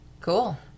Cool